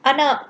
ஆமா:aamaa